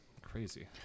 crazy